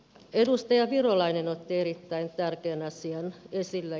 edustaja virolainen otti erittäin tärkeän asian esille